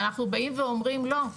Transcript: ואנחנו באים ואומרים לא,